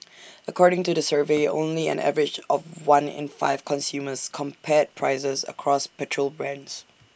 according to the survey only an average of one in five consumers compared prices across petrol brands